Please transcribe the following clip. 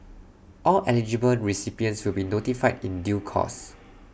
all eligible recipients will be notified in due course